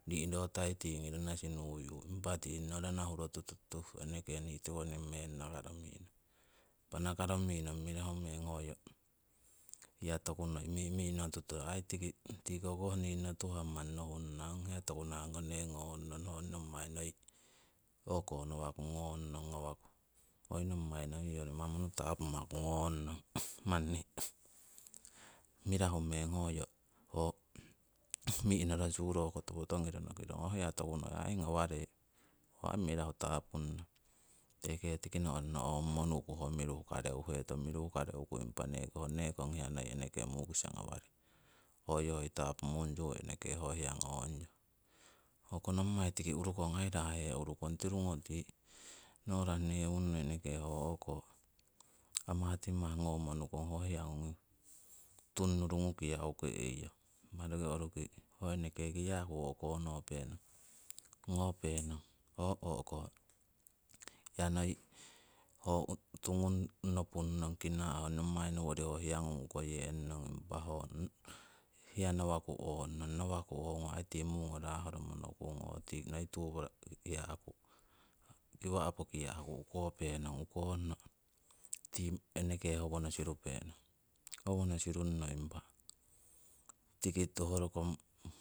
Ni'rotai tingi rana sinuyu impa tin'o rana huro tuh eneke nii tiwo ning meng nakaroming. Impa nakaromi nong, mirahu meng hoyo hiya toku noi aii mi'mi'notuto tiko koh ninno tuhah manni nohung nana ong hiya toku nahah ngone ngong nong hoi nommai noi o'konowaku ngong nong ngawaku. Hoi nommai noi hoi manunu tapumaku ngong nong. manni mirahu meng hoyo ho mi'norosu roki topo togiro nokirong ho hewa toku noi aii ngawarei, aii mirahu tapung nong, eneke tiki no'rino ongmo nu'ku ho miru hukareuhetong, miru hukareuku impa neko ho nekong hiya noi mukisa ngawarei, hoyo hoi tapumunyu eneke ho hiya ngong yong. Hoko nommai tiki urukong aii rahe' urukong tirungo tii no'ra newunno ho eneke ho o'ko amahtimah ngomo nukong, ho hiya ngung tunnurungu kiau keiyong, impa roki roruki ho eneke kiya'ku o'ko ngopenong ngopenong. Ho o'ko hiya noi ho utu ngung nopun nong kinaa' hoi nommai nowori ho hiya ngung ukoyen nong. Impa ho hiya ngawaku ong nong, ongu aii tii mungo raah horomo nokung ooh tinoi tupara tii kiya'ku, kiwa'po kiya'ku ukopenong ukongno tii eneke howono sirupenong. Howono sirunno impa tiki ho rokong.